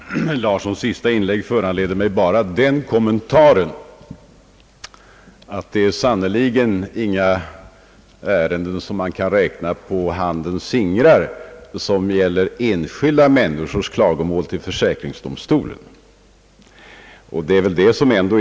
Herr talman! Herr Thorsten Larssons sista inlägg föranleder mig bara till den kommentaren, att de ärenden som gäller enskilda människors klagomål till försäkringstomstolen sannerligen inte kan räknas på ena handens fingrar.